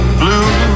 blue